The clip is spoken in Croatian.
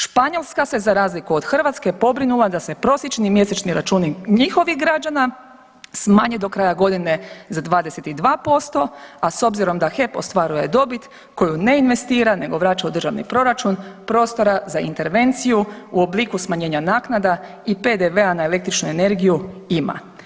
Španjolska se za razliku od Hrvatske pobrinula da se prosječni mjesečni računi njihovih građana smanje do kraja godine za 22%, a s obzirom da HEP ostvaruje dobit koju ne investira nego vraća u državni proračun, prostora za intervenciju u obliku smanjenja naknada i PDV-a na električnu energiju ima.